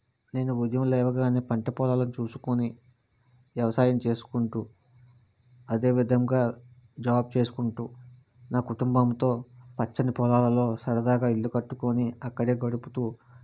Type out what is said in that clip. నేను ఉదయం లేవగానే పంట పొలాలని చూసుకోని వ్యవసాయం చేసుకుంటూ అదేవిధంగా జాబ్ చేసుకుంటూ నా కుటుంబంతో పచ్చని పొలాలలో సరదాగా ఇల్లు కట్టుకోని అక్కడే గడుపుతూ